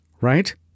right